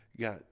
got